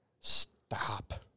stop